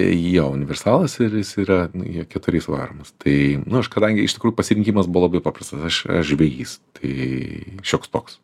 jo universalas ir jis yra keturiais varomas tai nu aš kadangi iš tikrųjų pasirinkimas buvo labai paprastas aš žvejys tai šioks toks